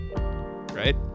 Right